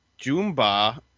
Jumba